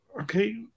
okay